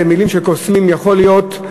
אלו מילים של קוסמים יכול להיות,